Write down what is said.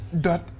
Dot